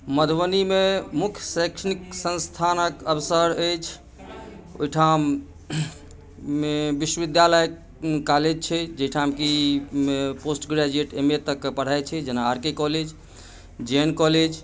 मधुबनी मे मुख्य शैक्षणिक संस्थानक अवसर अछि ओहिठाम मे विश्वविद्यालय कॉलेज छै जाहिठाम की पोस्ट ग्रेजुएट एम ए तक के पढ़ाइ छै जेना R K college J N college